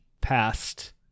past